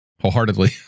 Wholeheartedly